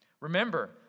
Remember